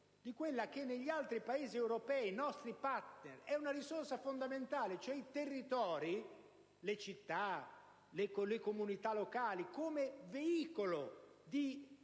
quella che negli altri Paesi europei nostri *partner* è una risorsa fondamentale: le città e le comunità locali come veicolo di